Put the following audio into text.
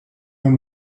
them